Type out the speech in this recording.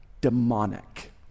demonic